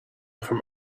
from